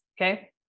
Okay